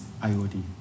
IOD